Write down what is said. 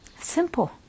Simple